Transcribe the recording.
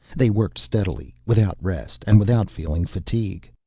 they worked steadily without rest, and without feeling fatigue.